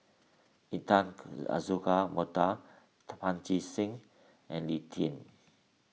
Intan Azura Mokhtar Pancy Seng and Lee Tjin